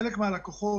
חלק מהלקוחות,